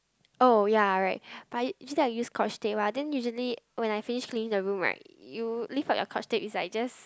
oh ya right but actually I use scotch tape lah then usually when I phase clean the room right you leave out your scotch tape is like just